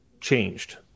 changed